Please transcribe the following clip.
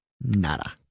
Nada